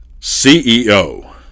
CEO